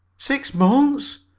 six months?